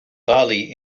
bali